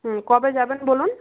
হুম কবে যাবেন বলুন